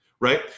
Right